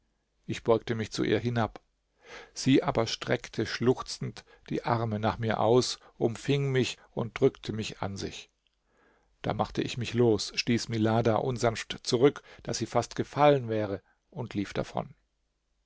ich beugte mich zu ihr hinab sie aber streckte schluchzend die arme nach mir aus umfing mich und drückte mich an sich da machte ich mich los stieß milada unsanft zurück daß sie fast gefallen wäre und lief davon